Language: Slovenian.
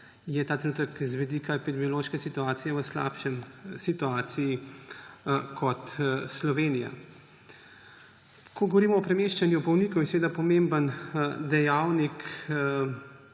je ta trenutek z vidika epidemiološke situacije v slabši situaciji, kot je Slovenija. Ko govorimo o premeščanju bolnikov, je pomemben dejavnik